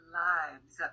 lives